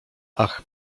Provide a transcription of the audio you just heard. ach